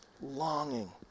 longing